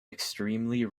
extremely